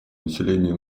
население